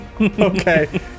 Okay